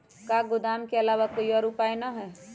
का गोदाम के आलावा कोई और उपाय न ह?